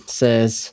says